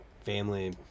family